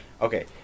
Okay